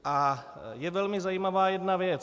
A je velmi zajímavá jedna věc.